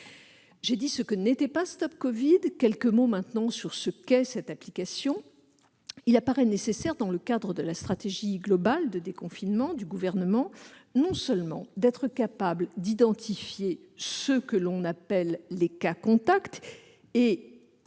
J'ai dit ce que n'était pas StopCovid ; j'ajouterai quelques mots maintenant sur ce qu'est cette application. Il apparaît nécessaire, dans le cadre de la stratégie globale de déconfinement du Gouvernement, non seulement d'être capable d'identifier ceux que l'on appelle les « cas contacts »,